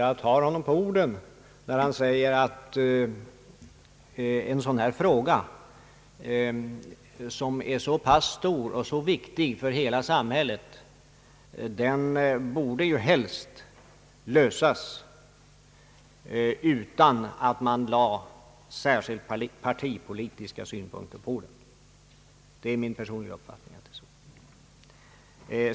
Jag tar honom på orden när han säger att en så här stor och viktig fråga för hela samhället som bostadspolitiken utgör helst borde lösas utan att man lägger alltför mycket partipolitiska synpunkter på den. Detta är också min personliga uppfattning.